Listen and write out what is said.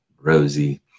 Rosie